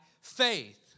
faith